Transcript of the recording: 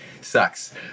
sucks